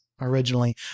originally